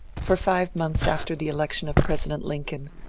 for five months after the election of president lincoln,